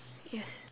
yes